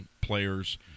players